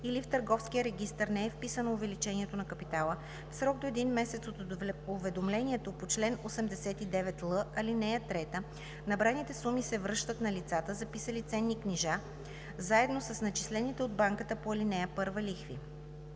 или в търговския регистър не е вписано увеличението на капитала, в срок до един месец от уведомлението по чл. 89л, ал. 3 набраните суми се връщат на лицата, записали ценни книжа, заедно с начислените от банката по ал. 1 лихви.